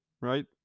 right